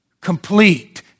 complete